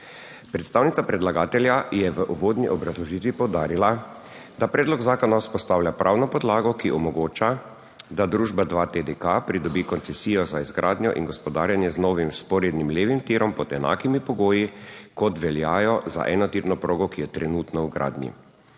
Predstavnica predlagatelja je v uvodni obrazložitvi poudarila, da predlog zakona vzpostavlja pravno podlago, ki omogoča, da družba 2TDK pridobi koncesijo za izgradnjo in gospodarjenje z novim vzporednim levim tirom pod enakimi pogoji, kot veljajo za enotirno progo, ki je trenutno v gradnji.